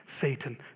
Satan